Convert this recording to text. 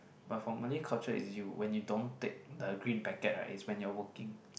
but for malay culture is you when you don't take the green packet right is when you are working